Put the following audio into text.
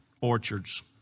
orchards